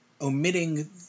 omitting